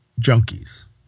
junkies